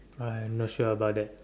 I'm not sure about that